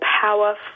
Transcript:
Power